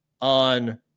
on